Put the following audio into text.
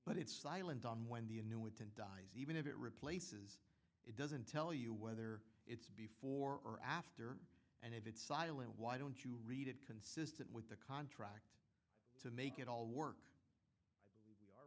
but it's silent on when the annuity and dies even if it replaces it doesn't tell you whether it's before or after and if it's silent why don't you read it consistent with the contract to make it all work